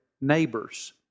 neighbors